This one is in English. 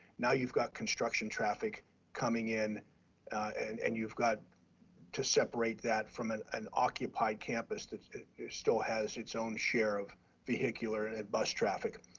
now you've got construction traffic coming in and and you've got to separate that from an an occupied campus still has its own share of vehicular and bus traffic.